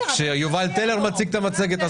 כשיובל טלר מציג את המצגת,